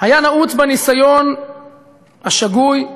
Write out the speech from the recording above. היה נעוץ בניסיון השגוי,